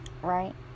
Right